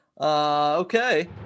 Okay